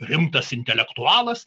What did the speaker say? rimtas intelektualas